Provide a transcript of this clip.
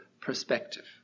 perspective